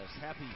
Happy